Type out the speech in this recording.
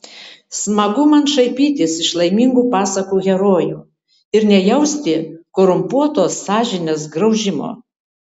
smagu man šaipytis iš laimingų pasakų herojų ir nejausti korumpuotos sąžinės graužimo